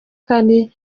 kandi